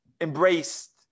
embraced